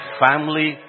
family